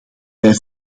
wij